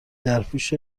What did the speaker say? درپوش